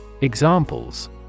Examples